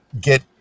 get